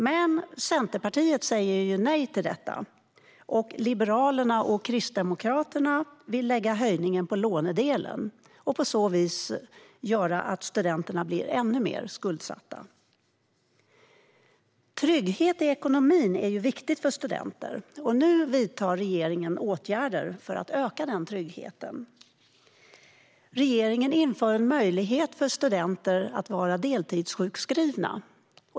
Men Centerpartiet säger nej till höjningen, och Liberalerna och Kristdemokraterna vill lägga höjningen på lånedelen och på så vis göra att studenterna blir ännu mer skuldsatta. Trygghet i ekonomin är viktigt för studenter och nu vidtar regeringen åtgärder för att öka den tryggheten. Regeringen inför en möjlighet för studenter att vara deltidssjukskrivna.